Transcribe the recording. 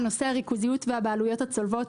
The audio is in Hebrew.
על נושא הריכוזיות והבעלויות הצולבות.